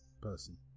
person